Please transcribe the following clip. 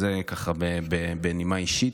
זה בנימה אישית.